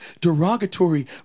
derogatory